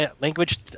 language